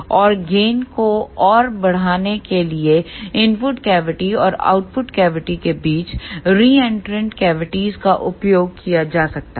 और गेन को और बढ़ाने के लिए इनपुट कैविटी और आउटपुट कैविटी के बीच रीएंन्ट्रेंट कैविटीज़ का उपयोग किया जा सकता है